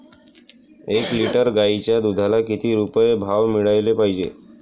एक लिटर गाईच्या दुधाला किती रुपये भाव मिळायले पाहिजे?